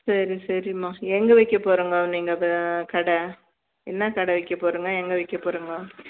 சரி சரிம்மா எங்கே வைக்க போறாங்கோ நீங்கள் அதை கடை என்ன கடை வைக்க போறிங்க எங்கே வைக்க போறிங்க